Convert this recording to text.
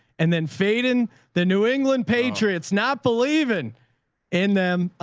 and then fading the new england patriots. not believing in them,